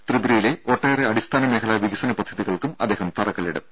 ത്രിപുരയിലെ ഒട്ടേറെ അടിസ്ഥാന മേഖലാ വികസന പദ്ധതികൾക്കും അദ്ദേഹം തറക്കല്ലിടും